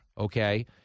Okay